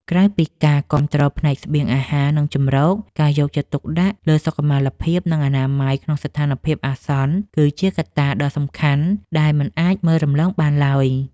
ក្រៅពីការគាំទ្រផ្នែកស្បៀងអាហារ និងជម្រក ការយកចិត្តទុកដាក់លើសុខុមាលភាព និងអនាម័យក្នុងស្ថានភាពអាសន្ន គឺជាកត្តាដ៏សំខាន់ដែលមិនអាចមើលរំលងបានឡើយ។